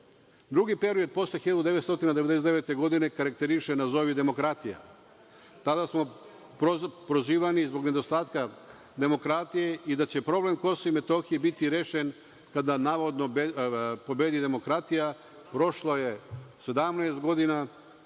plota. Drugi period posle 1999. godine karakteriše nazovi demokratija. Tada smo prozivani zbog nedostatka demokratije i da će problem KiM biti rešen kada navodno pobedi demokratija. Prošlo je 17 godina,